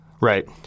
Right